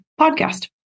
podcast